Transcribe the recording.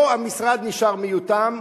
פה המשרד נשאר מיותם,